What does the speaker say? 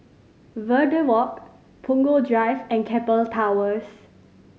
Verde Walk Punggol Drive and Keppel Towers